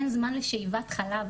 אין זמן לשאיבת חלב.